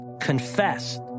confessed